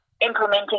implementing